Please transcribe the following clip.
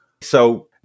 So-